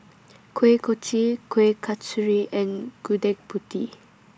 Kuih Kochi Kueh Kasturi and Gudeg Putih